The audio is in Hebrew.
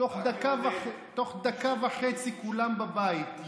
תוך דקה וחצי כולם בבית.